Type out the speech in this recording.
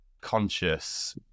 conscious